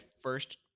first